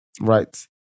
right